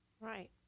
Right